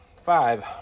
five